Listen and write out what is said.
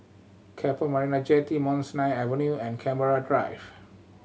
Keppel Marina Jetty Mount Sinai Avenue and Canberra Drive